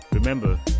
Remember